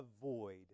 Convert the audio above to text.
avoid